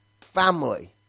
family